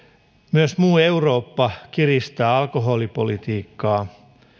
myös muu eurooppa kiristää alkoholipolitiikkaa